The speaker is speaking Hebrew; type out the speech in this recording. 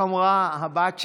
איך אמרה הבת שלך?